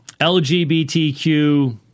LGBTQ